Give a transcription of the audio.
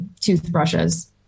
toothbrushes